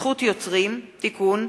זכות יוצרים (תיקון,